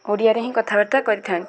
ଓଡ଼ିଆରେ ହିଁ କଥାବାର୍ତ୍ତା କରିଥାନ୍ତି